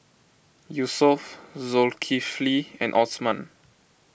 Yusuf Zulkifli and Osman